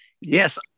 Yes